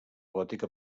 gòtica